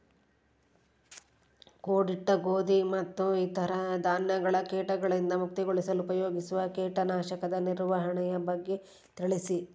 ಕೂಡಿಟ್ಟ ಗೋಧಿ ಮತ್ತು ಇತರ ಧಾನ್ಯಗಳ ಕೇಟಗಳಿಂದ ಮುಕ್ತಿಗೊಳಿಸಲು ಉಪಯೋಗಿಸುವ ಕೇಟನಾಶಕದ ನಿರ್ವಹಣೆಯ ಬಗ್ಗೆ ತಿಳಿಸಿ?